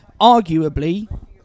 arguably